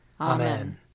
Amen